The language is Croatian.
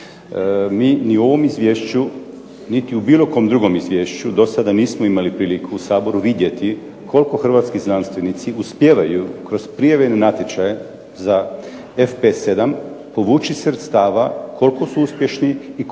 Mi ni u ovom izvješću, niti u bilo kom drugom izvješću do sada nismo imali priliku u Saboru vidjeti koliko hrvatski znanstvenici uspijevaju kroz prijave na natječaje za FP7 povući sredstva, koliko su uspješni i koliko